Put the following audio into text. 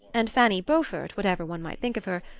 and fanny beaufort, whatever one might think of her,